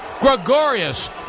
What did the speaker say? Gregorius